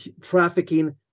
trafficking